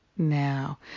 now